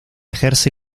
ejerce